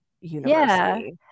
university